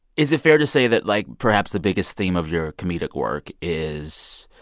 is it fair to say that, like, perhaps the biggest theme of your comedic work is